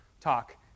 talk